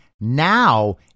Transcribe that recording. Now